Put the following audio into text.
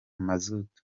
mazutu